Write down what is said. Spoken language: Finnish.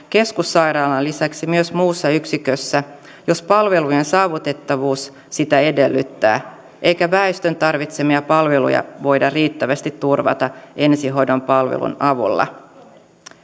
keskussairaalan lisäksi myös muussa yksikössä jos palvelujen saavutettavuus sitä edellyttää eikä väestön tarvitsemia palveluja voida riittävästi turvata ensihoitopalvelun avulla